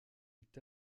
est